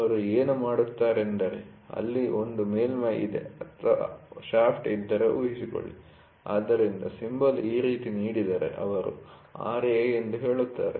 ಅವರು ಏನು ಮಾಡುತ್ತಾರೆಂದರೆ ಅಲ್ಲಿ ಒಂದು ಮೇಲ್ಮೈ ಇದೆ ಅಥವಾ ಶಾಫ್ಟ್ ಇದ್ದರೆ ಊಹಿಸಿಕೊಳ್ಳಿ ಆದ್ದರಿಂದ ಸಿಂಬಲ್ ಈ ರೀತಿ ನೀಡಿದರೆ ಅವರು Ra ಎಂದು ಹೇಳುತ್ತಾರೆ